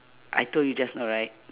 I told you just now right